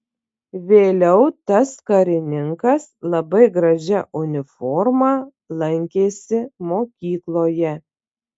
vėliau tas karininkas labai gražia uniforma lankėsi mokykloje